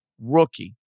Rookie